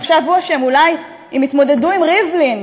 עכשיו הוא אשם, אולי אם יתמודדו עם ריבלין